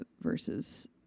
versus